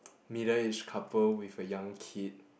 middle aged couple with a young kid